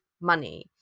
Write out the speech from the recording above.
money